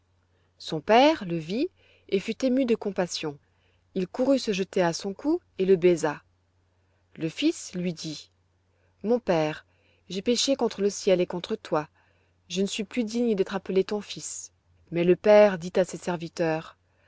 son père le vit et fut ému de compassion il courut se jeter à son cou et le baisa le fils lui dit mon père j'ai péché contre le ciel et contre toi je ne suis plus digne d'être appelé ton fils mais le père dit à ses serviteurs